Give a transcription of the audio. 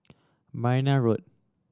Marne Road